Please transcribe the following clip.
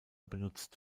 benutzt